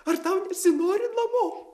ar tau nesinori namo